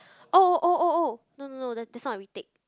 oh oh oh oh no no no the that's not a retake